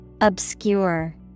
Obscure